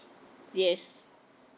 yes